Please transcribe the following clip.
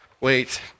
wait